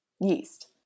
Yeast